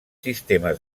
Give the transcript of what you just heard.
sistemes